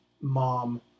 mom